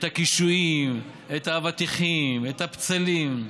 את הקישואים, את האבטיחים, את הבצלים.